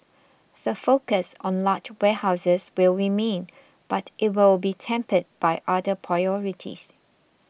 the focus on large warehouses will remain but it will be tempered by other priorities